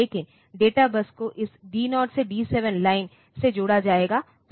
लेकिन data bus को इस D 0 से D 7 लाइन से जोड़ा जाएगा